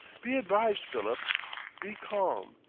be advised, philip be calm.